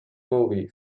movie